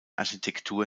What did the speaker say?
architektur